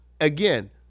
again